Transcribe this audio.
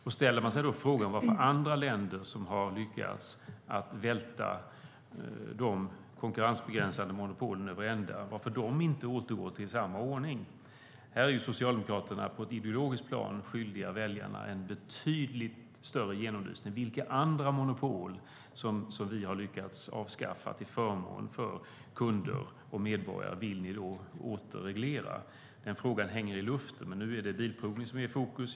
Då kan vi ställa frågan varför andra länder som har lyckats välta de konkurrensbegränsande monopolen över ända inte återgår till samma ordning. Här är Socialdemokraterna på ett ideologiskt plan skyldiga väljarna en betydligt större genomlysning. Vilka andra monopol som vi har lyckats avskaffa till förmån för kunder och medborgare vill ni återreglera? Den frågan hänger i luften. Men nu är det bilprovningen som är i fokus.